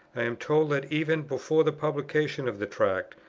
i am told that, even before the publication of the tract,